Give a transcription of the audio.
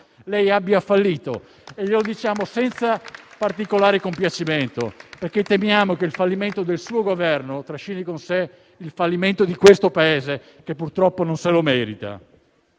E glielo diciamo senza particolare compiacimento perché temiamo che il fallimento del suo Governo trascini con sé il fallimento di questo Paese che, purtroppo, non se lo merita.